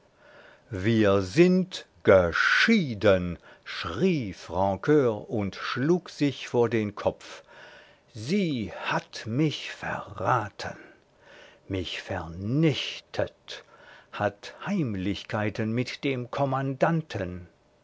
wir sind geschieden schrie francur und schlug sich vor den kopf sie hat mich verraten mich vernichtet hat heimlichkeiten mit dem